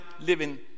living